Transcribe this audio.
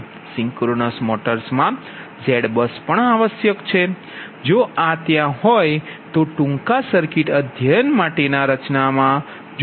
સિંક્રોનર્સ motors મા ZBUSપણ આવશ્યક છે જો આ ત્યાં હોય તો ટૂંકા સર્કિટ અધ્યયન માટેની રચનામાં